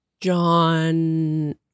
John